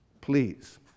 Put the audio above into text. please